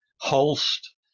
Holst